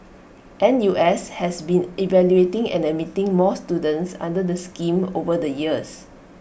N U S has been evaluating and admitting more students under the scheme over the years